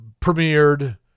premiered